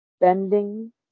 bending